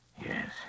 Yes